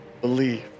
believe